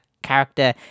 Character